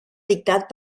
dictat